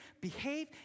behave